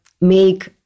make